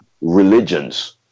religions